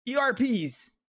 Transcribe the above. ERPs